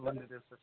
ಬಂದಿದ್ದೀವ್ sir